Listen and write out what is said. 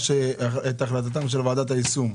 השר לא פרסם את החלטת ועדת היישום,